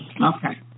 Okay